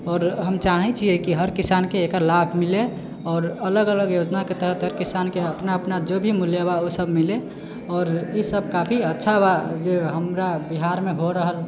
आओर हम चाहै छिए कि हर किसानके एकर लाभ मिलै आओर अलग अलग योजनाके तहत किसानके अपना अपना जे भी मूल्य बा ओसब मिलै आओर ईसब काफी अच्छा बा जे हमरा बिहारमे हो रहल